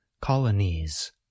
colonies